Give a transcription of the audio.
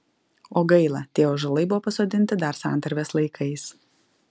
o gaila tie ąžuolai buvo pasodinti dar santarvės laikais